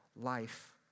life